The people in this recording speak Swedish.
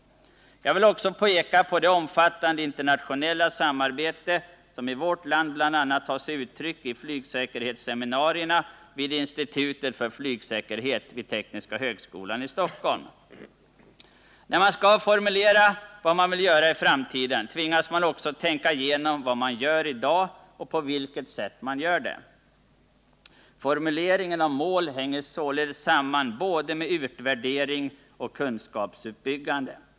Jag vill också peka på det omfattande internationella samarbete som i vårt land bl.a. tar sig uttryck i flygsäkerhetsseminarierna vid institutet för flygsäkerhet vid tekniska högskolan i Stockholm. När man skall formulera vad man vill göra i framtiden tvingas man också tänka igenom vad man gör i dag och på vilket sätt man gör det. Formuleringen av mål hänger således samman med både utvärdering och kunskapsuppbyggande.